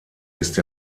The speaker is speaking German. ist